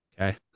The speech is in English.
Okay